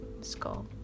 skull